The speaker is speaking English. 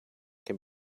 can